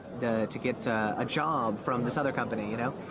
to get a job from this other company, you know.